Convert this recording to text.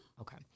Okay